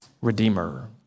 Redeemer